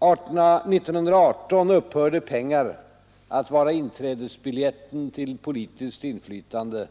1918 upphörde pengar att vara inträdesbiljetten till politiskt inflytande.